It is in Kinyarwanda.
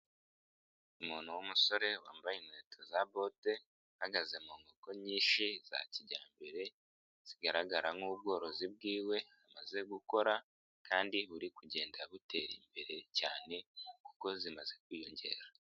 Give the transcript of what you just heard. Umuntu w'umusore wambaye inkweto za bote ahagaze mu nkoko nyinshi za kijyambere zigaragara nk'ubworozi bwiwe amaze gukora kandi buri kugenda butera imbere cyane kuko zimaze kwiyongera.